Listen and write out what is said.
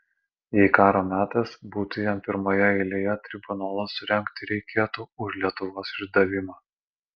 jei karo metas būtų jam pirmoje eilėje tribunolą surengti reikėtų už lietuvos išdavimą